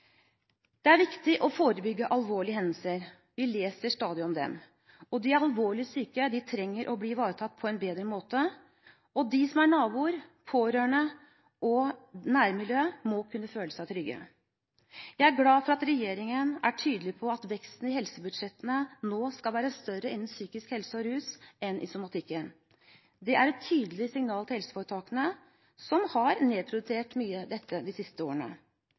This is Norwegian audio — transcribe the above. Det er viktig å forebygge alvorlige hendelser – vi leser stadig om dem. De alvorlig syke trenger å bli ivaretatt på en bedre måte. De som er naboer, pårørende og i nærmiljøet, må kunne føle seg trygge. Jeg er glad for at regjeringen er tydelig på at veksten i helsebudsjettene nå skal være større innen psykisk helse og rus enn i somatikken. Det er et tydelig signal til helseforetakene, som har nedprioritert dette mye de siste årene.